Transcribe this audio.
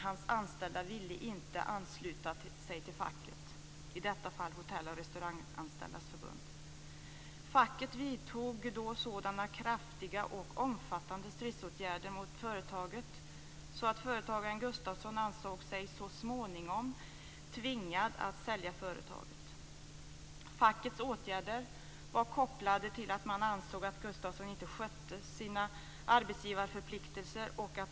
Hans anställda ville inte ansluta sig till facket - i detta fall Hotell och Restauranganställdas Gustafsson så småningom ansåg sig tvingad att sälja företaget. Fackets åtgärder var kopplade till att man ansåg att Gustafsson inte skötte sina arbetsgivarförpliktelser.